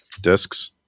Discs